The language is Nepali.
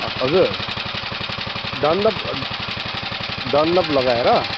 ह हजुर डन्लप डन्लप लगाएर